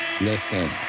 Listen